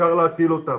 אפשר להציל אותם.